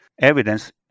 evidence